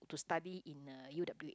to study in a U_W_A